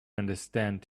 understand